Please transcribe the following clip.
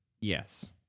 Yes